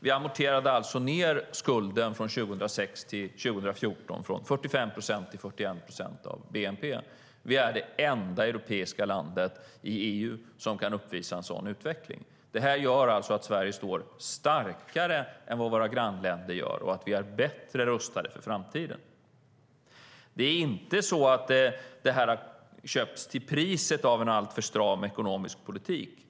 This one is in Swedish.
Vi amorterade ned skulden från 2006 till 2014 från 45 procent till 41 procent av bnp. Vi är det enda landet i EU som kan uppvisa en sådan utveckling. Detta gör alltså att Sverige står starkare än vad våra grannländer gör och att vi är bättre rustade för framtiden. Det är inte så att detta har köpts till priset av en alltför stram ekonomisk politik.